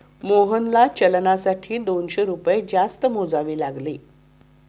मोहनला चलनासाठी दोनशे रुपये जास्त मोजावे लागले